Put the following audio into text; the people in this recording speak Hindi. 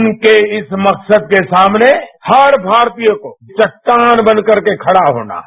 उनके इस मकसद के सामने हर भारतीय को चट्टान बन करके खडा होना है